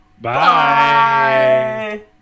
Bye